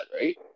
right